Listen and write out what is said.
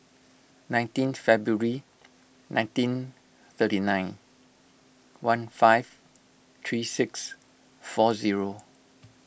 nineteen February nineteen thirty nine one five three six four zero